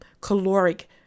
caloric